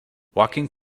walking